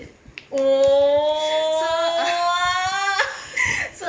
oh !wah!